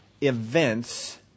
events